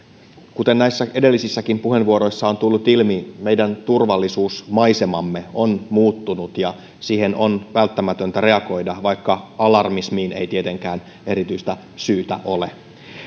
kuten näissä edellisissäkin puheenvuoroissa on tullut ilmi meidän turvallisuusmaisemamme on muuttunut ja siihen on välttämätöntä reagoida vaikka alarmismiin ei tietenkään erityistä syytä ole